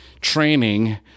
training